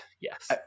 yes